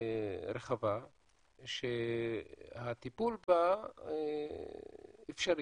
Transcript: רחבה שהטיפול בה אפשרי,